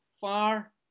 far